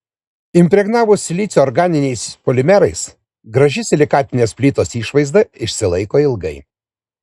impregnavus silicio organiniais polimerais graži silikatinės plytos išvaizda išsilaiko ilgai